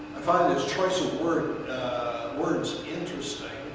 i find his choice of words words interesting.